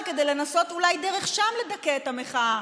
כדי לנסות אולי דרך שם לדכא את המחאה.